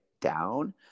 down